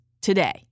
today